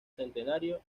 centenario